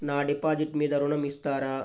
నా డిపాజిట్ మీద ఋణం ఇస్తారా?